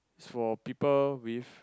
is for people with